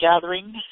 gathering